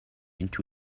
into